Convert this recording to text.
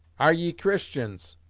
are ye christians?